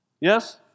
Yes